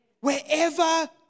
wherever